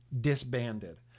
disbanded